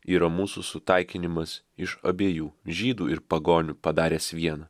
yra mūsų sutaikinimas iš abiejų žydų ir pagonių padaręs viena